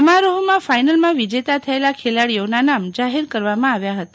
સમારોફમાં ફાઈનલમાં વિજેતા થયેલા ખેલાડીઓના નામ જાહેર કરવામાં આવ્યા હતા